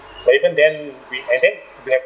but even then we eh then we have